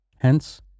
Hence